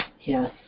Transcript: Yes